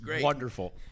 wonderful